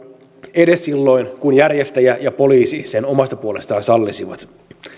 edes silloin kun järjestäjä ja poliisi sen omasta puolestaan sallisivat